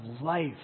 life